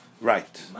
Right